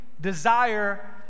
desire